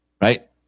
Right